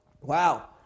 wow